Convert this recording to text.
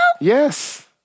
Yes